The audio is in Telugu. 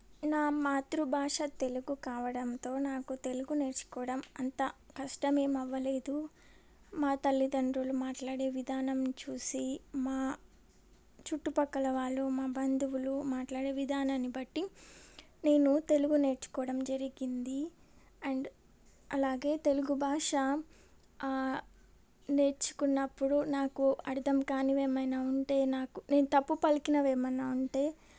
నా మాతృభాష తెలుగు కావడంతో నాకు తెలుగు నేర్చుకోవడం అంత కష్టమేం అవ్వలేదు మా తల్లిదండ్రులు మాట్లాడే విధానం చూసి మా చుట్టు ప్రక్కల వాళ్ళు మా బంధువులు మాట్లాడే విధానాన్ని బట్టి నేను తెలుగు నేర్చుకోవడం జరిగింది అండ్ అలాగే తెలుగు భాష నేర్చుకున్నప్పుడు నాకు అర్థం కానివి ఏమైనా ఉంటే నాకు నేను తప్పు పలికినవేమైనా ఉంటే